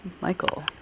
Michael